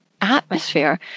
atmosphere